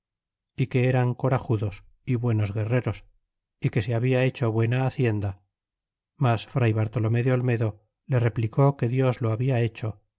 y que eran corajudos y buenos guerreros y que se habla hecho buena hacienda mas fray bartolome de olmedo le replicó que dios lo habla hecho